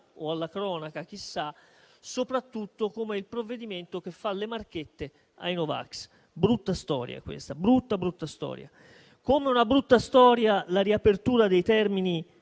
alla cronaca - soprattutto come il provvedimento che fa le marchette ai no vax. Brutta storia questa. Brutta, brutta storia. È altresì una brutta storia la riapertura dei termini